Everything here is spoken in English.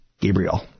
Gabriel